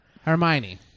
Hermione